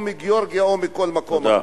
או מגאורגיה או מכל מקום אחר.